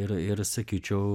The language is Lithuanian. ir ir sakyčiau